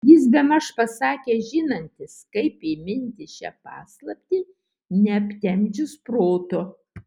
jis bemaž pasakė žinantis kaip įminti šią paslaptį neaptemdžius proto